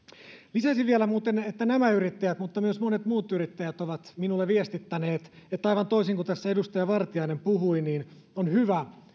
lisäisin vielä muuten että nämä yrittäjät mutta myös monet muut yrittäjät ovat minulle viestittäneet aivan toisin kuin tässä edustaja vartiainen puhui että on hyvä